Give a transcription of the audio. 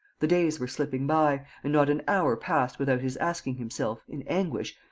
the days were slipping by, and not an hour passed without his asking himself, in anguish,